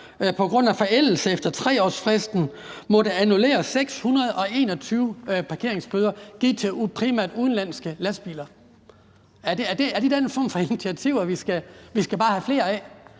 på grund af forældelse efter 3-årsfristen måtte annullere 621 parkeringsbøder. De er primært til udenlandske lastbilchauffører. Er det den form for initiativer, vi bare skal have flere af?